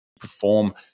perform